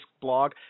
blog